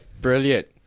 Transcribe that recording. Brilliant